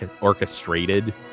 orchestrated